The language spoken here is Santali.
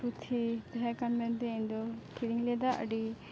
ᱯᱩᱛᱷᱤ ᱛᱮᱦᱮᱸᱠᱟᱱ ᱢᱮᱱᱛᱮ ᱤᱧᱫᱚ ᱠᱤᱨᱤᱧᱞᱮᱫᱟ ᱟᱹᱰᱤ